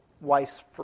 wife's